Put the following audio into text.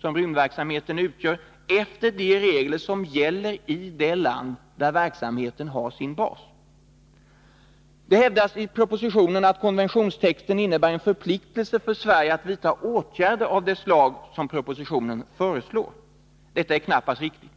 som rymdverksamheten utgör efter de regler som gäller i det land där verksamheten har sin bas. Det hävdas i propositionen att konventionstexten innebär en förpliktelse för Sverige att vidta åtgärder av det slag som föreslås. Detta är knappast riktigt.